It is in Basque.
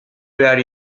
behar